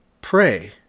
pray